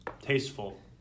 tasteful